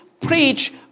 preach